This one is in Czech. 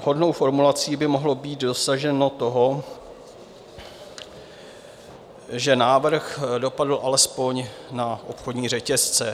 Vhodnou formulací by mohlo být dosaženo toho, že návrh dopadl alespoň na obchodní řetězce.